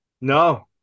No